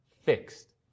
fixed